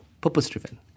purpose-driven